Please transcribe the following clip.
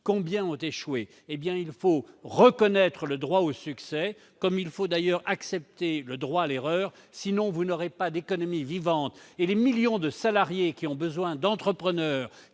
combien ont échoué ? Il faut reconnaitre le droit au succès, comme il faut d'ailleurs admettre le droit à l'erreur. Sans cela, il n'y aura pas d'économie vivante. Les millions de salariés qui ont besoin d'entrepreneurs,